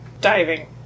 Diving